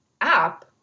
app